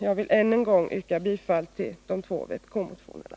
Jag vill än en gång yrka bifall till de två vpk-motionerna.